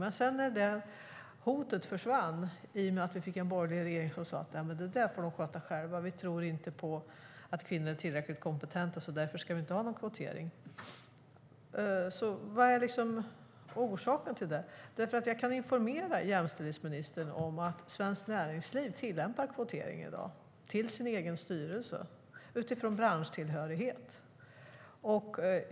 Men sedan försvann hotet i och med att vi fick en borgerlig regering som sade: Det där får de sköta själva. Vi tror inte på att kvinnor är tillräckligt kompetenta. Därför ska vi inte ha någon kvotering. Jag kan informera jämställdhetsministern om att Svenskt Näringsliv i dag tillämpar kvotering till sin egen styrelse - utifrån branschtillhörighet.